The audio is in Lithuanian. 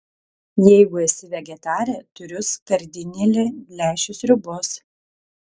jeigu esi vegetarė turiu skardinėlę lęšių sriubos